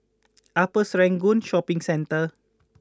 Upper Serangoon Shopping Centre